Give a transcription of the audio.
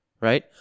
right